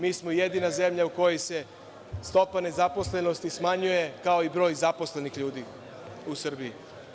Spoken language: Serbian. Mi smo jedina zemlja u kojoj se stopa nezaposlenosti smanjuje kao i broj zaposlenih ljudi u Srbiji.